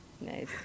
Nice